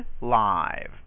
live